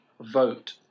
vote